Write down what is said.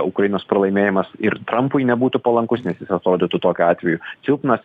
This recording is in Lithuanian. ukrainos pralaimėjimas ir trampui nebūtų palankus nes jis atrodytų tokiu atveju silpnas